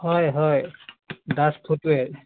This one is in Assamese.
হয় হয় দাস ফুটৱে'ৰ